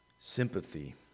Sympathy